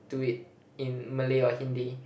to it in Malay or Hindi